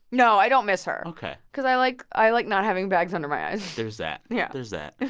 no, i don't miss her ok cause i like i like not having bags under my eyes there's that yeah there's that.